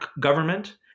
government